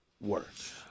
worse